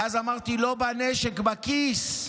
ואז אמרתי: לא בנשק, בכיס.